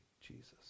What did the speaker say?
Jesus